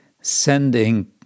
sending